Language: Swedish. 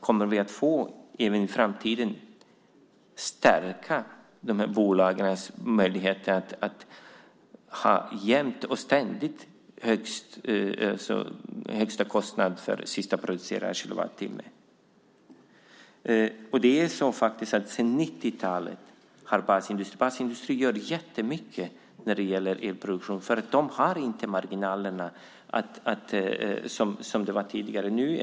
Kommer vi även i framtiden att kunna stärka bolagens möjligheter att jämt och ständigt ha högsta kostnad för sista producerad kilowattimme? Basindustrin gör mycket för elproduktionen. De har inte samma marginaler som tidigare.